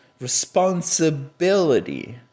responsibility